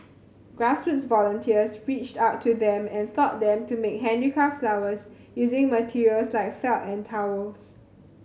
grassroots volunteers reached out to them and taught them to make handicraft flowers using materials like felt and towels